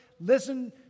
Listen